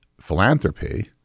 philanthropy